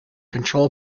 control